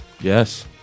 Yes